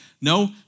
No